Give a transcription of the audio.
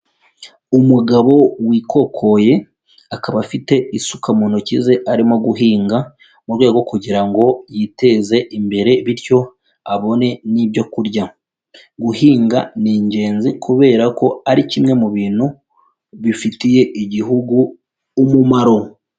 Umugabo wikokoye akaba afite isuka mu ntoki ze arimo guhinga mu rwego rwo kugira ngo yiteze imbere bityo abone n'ibyo kurya, guhinga ni ingenzi kubera ko ari kimwe mu bintu bifitiye igihugu umumaro.